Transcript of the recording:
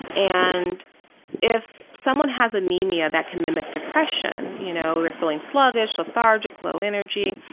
and if someone has anemia, that can mimic depression. you know they're feeling sluggish, lethargic, low energy,